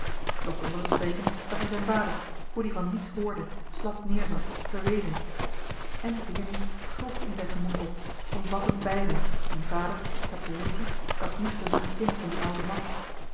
doch onder het spreken zag hij zijn vader hoe die van niets hoorde slap neerzat verwezen en deernis gulpte in zijn gemoed op omvattend beiden dien vader dat broertje dat niet gezond kind van dien ouden man